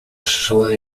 шла